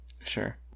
Sure